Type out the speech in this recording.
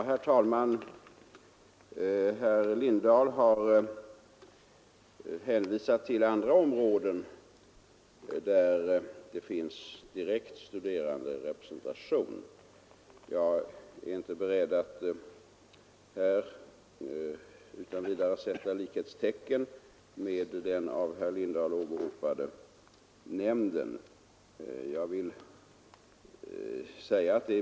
Herr talman! Herr Lindahl i Hamburgsund har hänvisat till andra områden, där det finns direkt studeranderepresentation. Jag är inte beredd att här utan vidare sätta likhetstecken mellan notarienämnden och den av herr Lindahl åberopade nämnden.